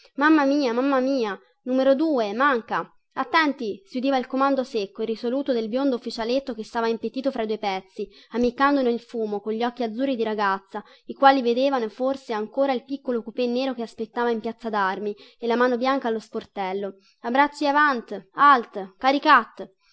mamma mia mamma mia numero due manca attenti si udiva il comando secco e risoluto del biondo ufficialetto che stava impettito fra i due pezzi ammiccando nel fumo cogli occhi azzurri di ragazza i quali vedevano forse ancora il piccolo coupé nero che aspettava in piazza darmi e la mano bianca allo sportello abbracci avanti alt caricat